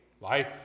life